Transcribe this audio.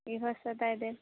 इहोसभ दय देब